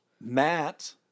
Matt